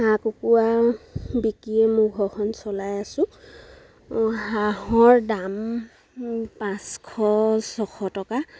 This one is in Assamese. হাঁহ কুকুৰা বিকিয়ে মোৰ ঘৰখন চলাই আছোঁ হাঁহৰ দাম পাঁচশ ছশ টকা